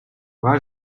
where